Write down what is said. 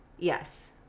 yes